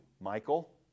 Michael